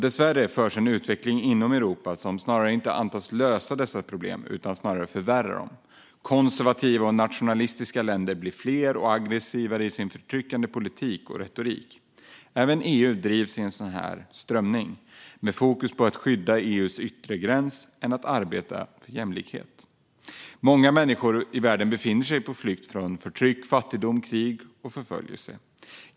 Dessvärre sker en utveckling inom Europa som inte antas lösa dessa problem utan snarare kommer att förvärra dem. De konservativa och nationalistiska länderna blir allt fler och allt aggressivare i sin förtryckande politik och retorik. Även EU drivs med i sådana strömningar, med mer fokus på att skydda EU:s yttre gräns än på att arbeta för jämlikhet. Många människor i världen befinner sig på flykt från förtryck, fattigdom, krig och förföljelse.